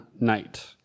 night